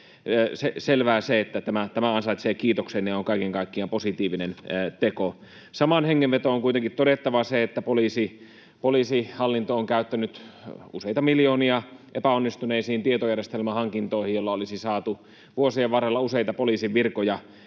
tämä ansaitsee kiitoksen ja on kaiken kaikkiaan positiivinen teko. Samaan hengenvetoon on kuitenkin todettava, että poliisihallinto on käyttänyt epäonnistuneisiin tietojärjestelmähankintoihin useita miljoonia, joilla olisi saatu vuosien varrella useita poliisin virkoja